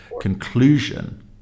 conclusion